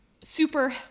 super